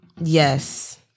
Yes